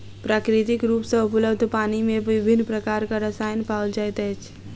प्राकृतिक रूप सॅ उपलब्ध पानि मे विभिन्न प्रकारक रसायन पाओल जाइत अछि